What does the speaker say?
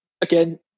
Again